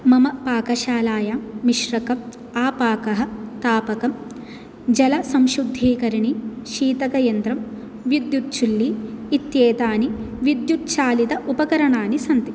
मम पाकशालायां मिश्रकम् आपाकः तापकं जलसंशुद्धिकरणि शीतकयन्त्रं विद्युत् चुल्ली इत्येतानि विद्युत् चालित उपकरणानि सन्ति